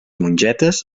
mongetes